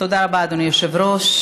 תודה רבה, אדוני היושב-ראש.